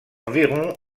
environ